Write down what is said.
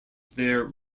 their